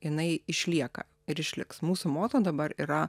jinai išlieka ir išliks mūsų moto dabar yra